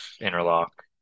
interlock